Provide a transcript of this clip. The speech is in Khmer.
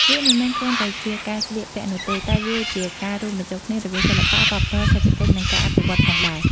វាមិនមែនគ្រាន់តែជាការស្លៀកពាក់នោះទេ តែវាជាការរួមបញ្ចូលគ្នារវាង សិល្បៈ វប្បធម៌ សេដ្ឋកិច្ច និងការអភិវឌ្ឍ ផងដែរ។